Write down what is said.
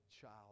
child